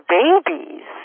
babies